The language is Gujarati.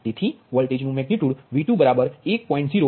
તેથી વોલ્ટેજનુ મેગનિટ્યુડ V2 1